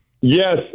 Yes